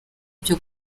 byo